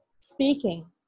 speaking